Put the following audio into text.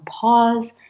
pause